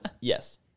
Yes